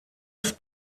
ist